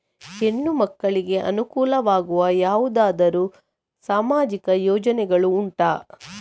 ಹೆಣ್ಣು ಮಕ್ಕಳಿಗೆ ಅನುಕೂಲವಾಗುವ ಯಾವುದಾದರೂ ಸಾಮಾಜಿಕ ಯೋಜನೆಗಳು ಉಂಟಾ?